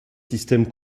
système